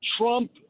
Trump